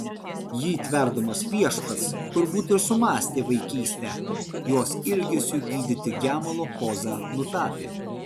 jį tverdamas viešpats turbūt ir sumąstė vaikystę jos ilgesiui gydyti gemalo pozą nutapė